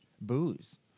Booze